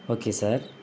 okay sir